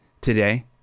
today